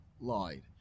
lied